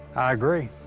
agree.